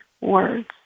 words